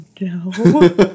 no